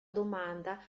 domanda